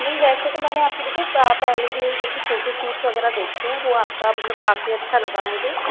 नहीं वैसे तो मैंने आपकी देखो पहले भी जैसे फोटोशूट्स वगैरह देखें हैं वो आपका मतलब काफ़ी अच्छा लगा मुझे